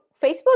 facebook